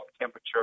temperature